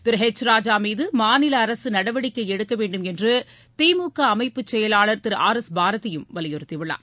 திருஹெச் ராஜாமீதமாநிலஅரசுநடவடிக்கைஎடுக்கவேண்டும் என்றுதிமுகஅமைப்பு செயலாளர் திரு ஆர் எஸ் பாரதியும் வலியுறுத்தியுள்ளார்